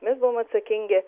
mes buvom atsakingi